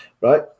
right